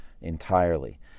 entirely